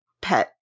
pet